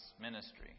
ministry